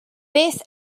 beth